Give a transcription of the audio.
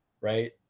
right